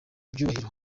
icyubahiro